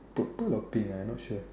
purple or pink ah I not sure